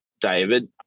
David